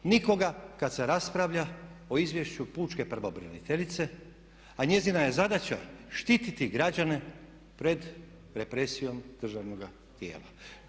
Nikoga kad se raspravlja o Izvješću pučke pravobraniteljice a njezina je zadaća štiti građane pred represijom državnoga tijela.